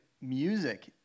music